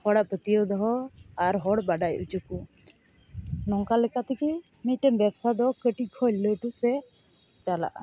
ᱦᱚᱲᱟᱜ ᱯᱟᱹᱛᱭᱟᱹᱣ ᱫᱚᱦᱚ ᱟᱨ ᱦᱚᱲᱟᱜ ᱵᱟᱰᱟᱭ ᱚᱪᱚᱠᱚ ᱱᱚᱝᱠᱟ ᱞᱮᱠᱟᱛᱮᱜᱮ ᱢᱤᱫᱴᱮᱱ ᱵᱮᱵᱽᱥᱟ ᱫᱚ ᱠᱟᱹᱴᱤᱡ ᱠᱷᱚᱱ ᱞᱟᱹᱴᱩᱥᱮᱪ ᱪᱟᱞᱟᱜᱼᱟ